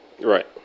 Right